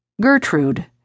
Gertrude